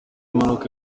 mpanuka